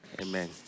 Amen